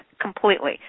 completely